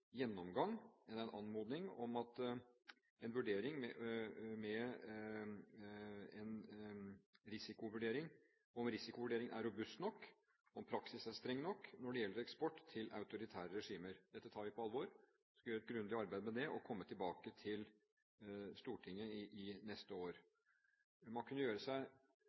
gjennomgang, eller en vurdering av hvorvidt en risikovurdering er robust nok, om praksis er streng nok når det gjelder eksport til autoritære regimer. Dette tar vi på alvor. Vi skal gjøre et grundig arbeid med det, og komme tilbake til Stortinget neste år. Man kunne gjøre seg